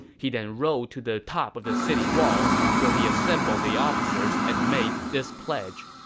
he then rode to the top of the city walls, where he assembled the officers and made this pledge